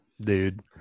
dude